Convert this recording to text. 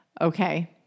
Okay